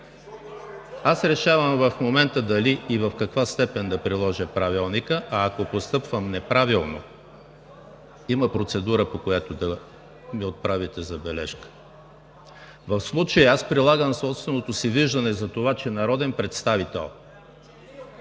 Аз решавам в момента дали и в каква степен да приложа Правилника, а ако постъпвам неправилно, има процедура, по която да ми отправите забележка. В случая аз прилагам собственото си виждане за това, че народен представител